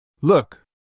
look